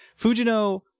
fujino